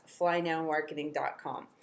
flynowmarketing.com